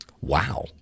Wow